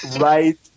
Right